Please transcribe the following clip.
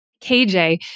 KJ